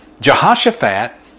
Jehoshaphat